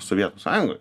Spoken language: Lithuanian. sovietų sąjungoj